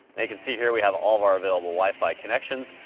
you can see here we have all of our available wi-fi connections.